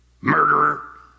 Murderer